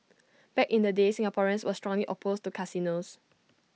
back in the day Singaporeans were strongly opposed to casinos